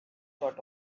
sort